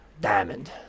Diamond